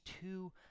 two